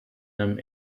them